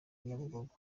nyabugogo